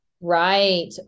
Right